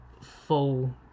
full